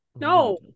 no